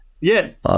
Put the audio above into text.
yes